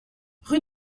rue